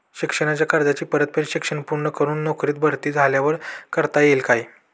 शिक्षणाच्या कर्जाची परतफेड शिक्षण पूर्ण करून नोकरीत भरती झाल्यावर करता येईल काय?